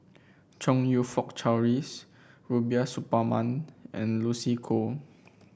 Chong You Fook Charles Rubiah Suparman and Lucy Koh